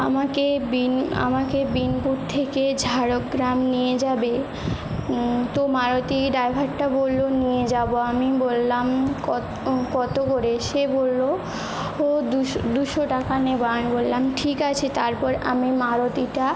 আমাকে বিন আমাকে বিনপুর থেকে ঝাড়গ্রাম নিয়ে যাবে তো মারুতি ডাইভারটা বললো নিয়ে যাবো আমি বললাম কত কত করে সে বললো ও দুশো দুশো টাকা নেবো আমি বললাম ঠিক আছে তারপর আমি মারুতিটা